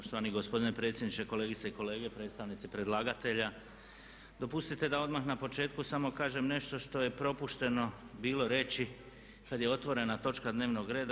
Poštovani gospodine predsjedniče, kolegice i kolege, predstavnici predlagatelja dopustite da odmah na početku samo kažem nešto što je propušteno bilo reći kad je otvorena točka dnevnog reda.